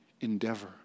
Endeavor